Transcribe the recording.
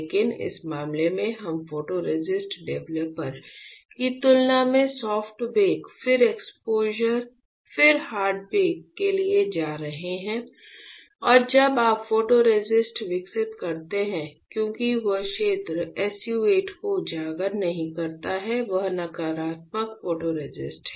लेकिन इस मामले में हम फोटोरेसिस्ट डेवलपर की तुलना में सॉफ्ट बेक फिर एक्सपोजर फिर हार्ड बेक के लिए जा रहे हैं और जब आप फोटोरेसिस्ट विकसित करते हैं क्योंकि जो क्षेत्र SU 8 को उजागर नहीं करता है वह नकारात्मक फोटोरेसिस्ट है